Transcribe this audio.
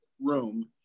room